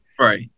Right